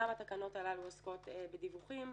גם התקנות הללו עוסקות בדיווחים.